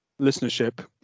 listenership